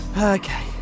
Okay